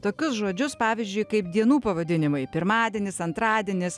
tokius žodžius pavyzdžiui kaip dienų pavadinimai pirmadienis antradienis